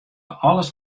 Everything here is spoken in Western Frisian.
alles